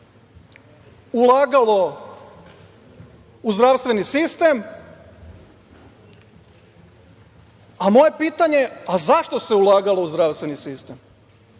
ulagalo u zdravstveni sistem, a moje pitanje - zašto se ulagalo u zdravstveni sistem?